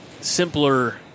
simpler